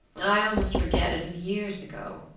i almost forget, it is years ago.